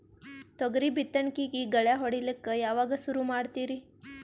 ತೊಗರಿ ಬಿತ್ತಣಿಕಿಗಿ ಗಳ್ಯಾ ಹೋಡಿಲಕ್ಕ ಯಾವಾಗ ಸುರು ಮಾಡತೀರಿ?